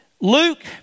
Luke